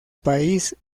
país